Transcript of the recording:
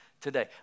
today